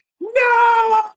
no